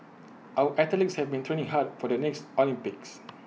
our athletes have been training hard for the next Olympics